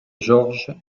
jorge